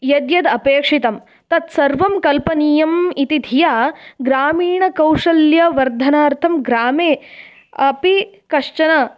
यद्यत् अपेक्षितं तत् सर्वं कल्पनीयम् इति धिया ग्रामीणकौशल्यवर्धनार्थं ग्रामे अपि कश्चन